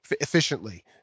efficiently